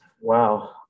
Wow